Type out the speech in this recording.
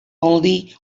only